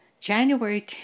January